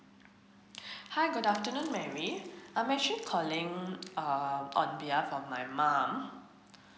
hi good afternoon marry I'm actually calling um on behalf of my mom